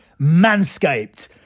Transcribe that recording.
Manscaped